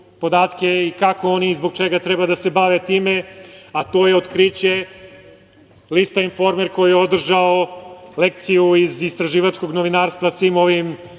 kako oni i zbog čega treba da se bave time, a to je otkriće lista „Informer“ koji je održao lekciju iz istraživačkog novinarstva svim ovim